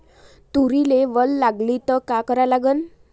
तुरीले वल लागली त का करा लागन?